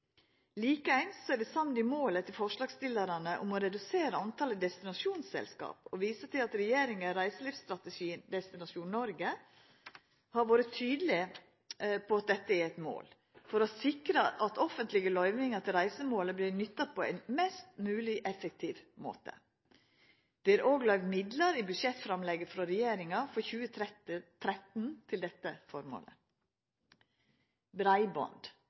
er vi samd i målet til forslagsstillarane om å redusera talet på destinasjonsselskap, og vi viser til at regjeringa i reiselivsstrategien Destinasjon Norge har vore tydeleg på at dette er eit mål for å sikra at offentlege løyvingar til reiselivet blir nytta på ein mest mogleg effektiv måte. Det er òg løyvd midlar i budsjettframlegget frå regjeringa for 2013 til dette føremålet. Når det gjeld breiband,